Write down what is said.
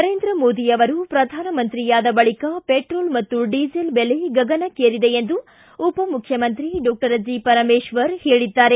ನರೇಂದ್ರ ಮೋದಿ ಅವರು ಪ್ರಧಾನಮಂತ್ರಿಯಾದ ಬಳಕ ಪೆಟ್ರೋಲ್ ಮತ್ತು ಡೀಸೆಲ್ ಬೆಲೆ ಗಗನಕ್ಕೇರಿದೆ ಎಂದು ಉಪಮುಖ್ಯಮಂತ್ರಿ ಡಾಕ್ಟರ್ ಜಿ ಪರಮೇಶ್ವರ್ ಹೇಳಿದ್ದಾರೆ